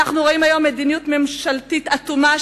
אנחנו רואים היום מדיניות ממשלתית אטומה,